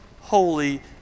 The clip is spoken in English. holy